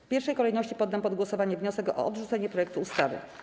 W pierwszej kolejności poddam pod głosowanie wniosek o odrzucenie projektu ustawy.